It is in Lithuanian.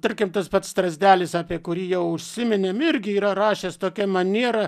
tarkim tas pats strazdelis apie kurį jau užsiminėm irgi yra rašęs tokia maniera